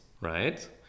right